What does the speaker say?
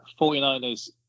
49ers